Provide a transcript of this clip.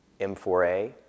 M4A